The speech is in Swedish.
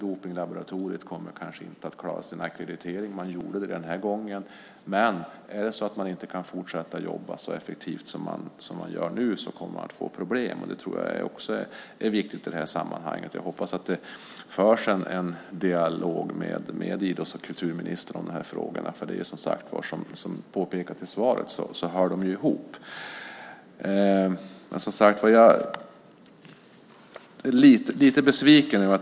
Dopningslaboratoriet kommer kanske inte att klara sin ackreditering. Man gjorde det den här gången, men är det så att man inte kan fortsätta jobba så effektivt som man gör nu kommer man att få problem. Det tror jag också är viktigt i sammanhanget. Jag hoppas att det förs en dialog med idrotts och kulturministern i de här frågorna, för de hör ihop, som det påpekas i svaret. Jag är lite besviken.